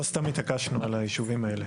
לא סתם התעקשנו על היישובים האלה.